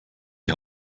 die